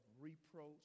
reproach